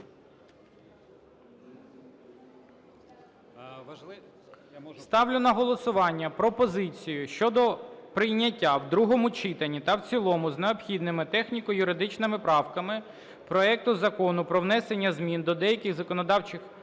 Ставлю на голосування пропозицію щодо прийняття в другому читанні та в цілому з необхідними техніко-юридичними правками проекту Закону про внесення змін до деяких законів